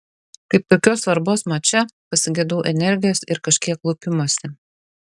kaip tokios svarbos mače pasigedau energijos ir kažkiek lupimosi